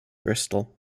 bristol